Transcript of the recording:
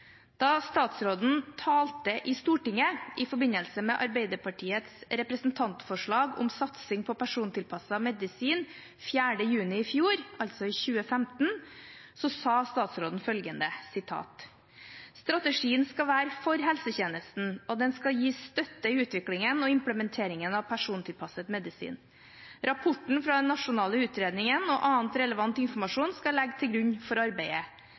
Da statsråden talte i Stortinget i forbindelse med Arbeiderpartiets representantforslag om satsing på persontilpasset medisin den 4. juni i fjor, altså i 2015, sa han følgende: «Strategien skal være for helsetjenesten, og den skal gi støtte i utviklingen og implementeringen av persontilpasset medisin. Rapporten fra den nasjonale utredningen og annen relevant informasjon skal legges til grunn for arbeidet.